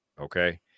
okay